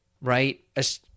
right